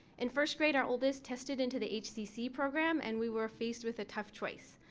in first grade our oldest tested into the hcc program and we were faced with a tough choice.